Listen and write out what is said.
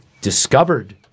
discovered